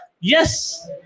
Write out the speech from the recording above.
Yes